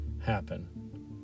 happen